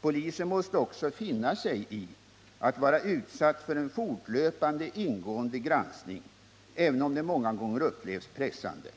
Polisen måste också finna sig i att vara utsatt för en fortlöpande ingående granskning, även om det många gånger upplevs som pressande.